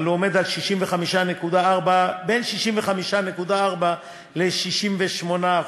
אבל הוא עומד בין 65.4% ל-68%.